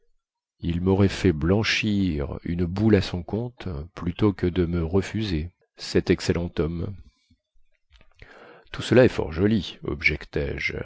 il maurait fait blanchir une boule à son compte plutôt que de me refuser cet excellent homme tout cela est fort joli objectai je